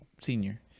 Senior